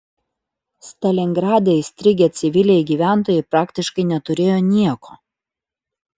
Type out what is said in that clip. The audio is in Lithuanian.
stalingrade įstrigę civiliai gyventojai praktiškai neturėjo nieko